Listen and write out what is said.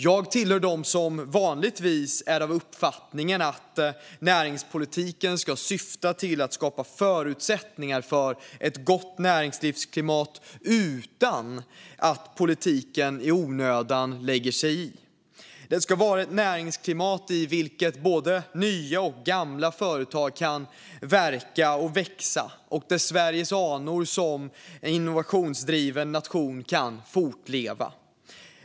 Jag tillhör dem som vanligtvis är av uppfattningen att näringspolitiken ska skapa förutsättningar för ett gott näringslivsklimat utan att i onödan lägga sig i. Det ska vara ett näringslivsklimat i vilket både nya och gamla företag kan verka och växa och där Sveriges anor som en innovationsdriven nation ska kunna fortleva.